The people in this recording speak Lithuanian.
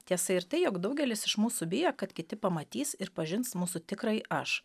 tiesa ir tai jog daugelis iš mūsų bijo kad kiti pamatys ir pažins mūsų tikrąjį aš